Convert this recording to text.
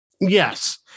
Yes